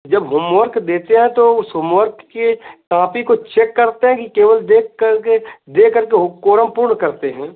जब होमवर्क देते हैं तो उस होमवर्क की काँपी को चेक करते हैं कि केवल देखकर के देखकर के कोड़म पूर्ण करते हैं